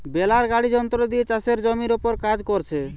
বেলার গাড়ি যন্ত্র দিয়ে চাষের জমির উপর কাজ কোরছে